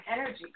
energy